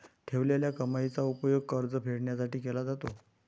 ठेवलेल्या कमाईचा उपयोग कर्ज फेडण्यासाठी केला जातो